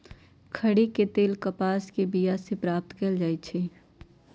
खरि के तेल कपास के बिया से प्राप्त कएल जाइ छइ